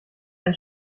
ein